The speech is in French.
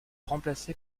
remplacé